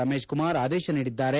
ರಮೇಶ್ ಕುಮಾರ್ ಆದೇಶ ನೀಡಿದ್ದಾರೆ